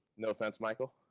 no offense, michael.